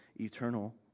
eternal